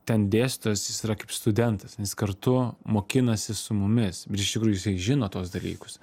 ten dėstytojas jis yra kaip studentas nes kartu mokinasi su mumis bet iš tikrųjų jisai žino tuos dalykus